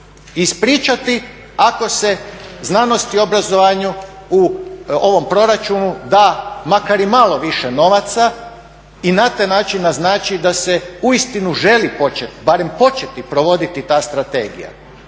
ispričati ako se znanosti i obrazovanju u ovom proračunu da makar i malo više novaca i na taj način naznači da se uistinu želi početi, barem početi provoditi ta strategija.